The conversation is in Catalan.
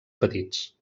petits